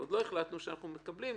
אבל עוד לא החלטנו שאנחנו מקבלים.